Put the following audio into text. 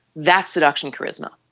that's seduction charisma.